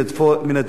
הדבר השני,